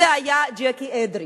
זה היה ג'קי אדרי.